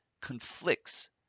conflicts